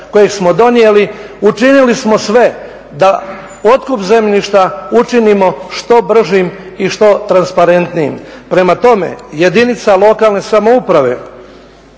kojeg smo donijeli, učinili smo sve da otkup zemljišta učinimo što bržim i što transparentniji. Prema tome, jedinice lokalne samouprave